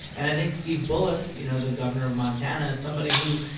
and i think steve bullock, you know, the governor of montana, is somebody who,